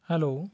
hello